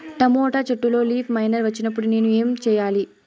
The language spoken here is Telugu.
టమోటా చెట్టులో లీఫ్ మైనర్ వచ్చినప్పుడు నేను ఏమి చెయ్యాలి?